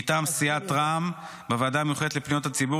מטעם סיעת רע"מ: בוועדה המיוחדת לפניות הציבור